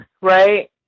right